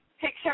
picture